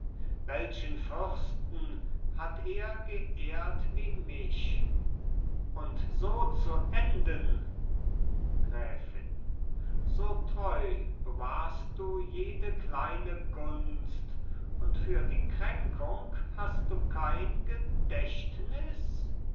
welchen fürsten hat er geehrt wie mich und so zu enden gräfin so treu bewahrst du jede kleine gunst und für die kränkung hast du kein gedächtnis